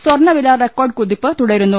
സ്വർണവില റെക്കോർഡ് കുതിപ്പ് തുടരുന്നു